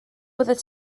byddet